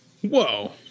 Whoa